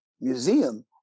Museum